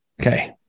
Okay